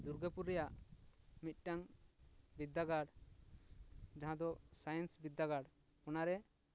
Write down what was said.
ᱫᱩᱨᱜᱟᱯᱩᱨ ᱨᱮᱭᱟᱜ ᱢᱤᱫᱴᱟᱝ ᱵᱤᱫᱽᱫᱟᱜᱟᱲ ᱡᱟᱦᱟᱸ ᱫᱚ ᱥᱟᱭᱮᱱᱥ ᱵᱤᱫᱽᱫᱟᱜᱟᱲ ᱚᱱᱟᱨᱮ